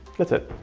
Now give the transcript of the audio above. that's it.